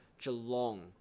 Geelong